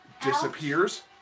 disappears